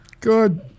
good